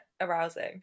arousing